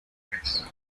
vez